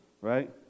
right